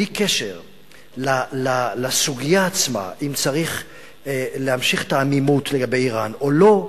בלי קשר לסוגיה עצמה אם צריך להמשיך את העמימות לגבי אירן או לא,